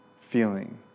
feeling